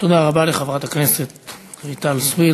תודה רבה לחברת הכנסת רויטל סויד.